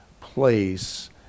place